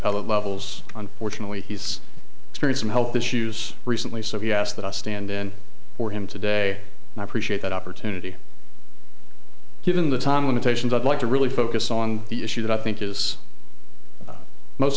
appellate levels unfortunately he's experiencing health issues recently so he asked that i stand in for him today and i appreciate that opportunity given the time limitations i'd like to really focus on the issue that i think is most